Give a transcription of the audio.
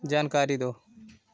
जानकारी दो